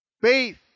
Faith